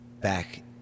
back